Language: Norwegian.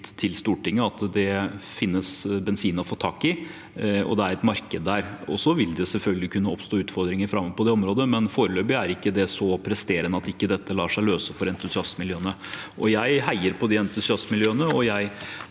til Stortinget, at det finnes bensin å få tak i, og det er et marked der. Så vil det selvfølgelig kunne oppstå utfordringer framover på det området, men foreløpig er ikke det så presserende at dette ikke lar seg løse for entusiastmiljøene. Jeg heier på disse entusiastmiljøene, og jeg